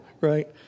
Right